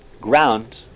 ground